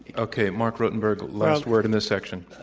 okay, marc rotenberg, last word in this section.